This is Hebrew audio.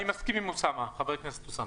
אני מסכים עם חבר הכנסת אוסאמה.